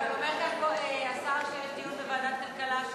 רגע, אבל אומר השר שיש דיון בוועדת הכלכלה.